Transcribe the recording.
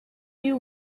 you